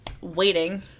waiting